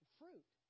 fruit